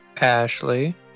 Ashley